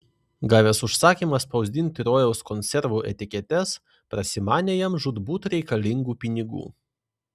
gavęs užsakymą spausdinti rojaus konservų etiketes prasimanė jam žūtbūt reikalingų pinigų